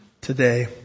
today